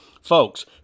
Folks